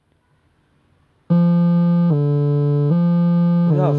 I ask you about the superhero right you never even tell me who's your super~ favourite superhero in D_C